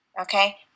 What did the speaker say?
Okay